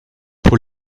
pour